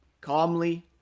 calmly